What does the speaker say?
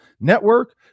Network